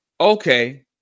Okay